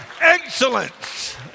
excellence